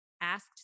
asked